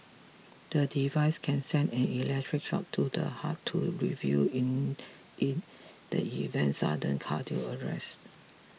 the device can send an electric shock to the heart to revive it in the event of sudden cardiac arrest